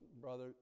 brother